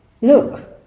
look